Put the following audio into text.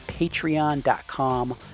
patreon.com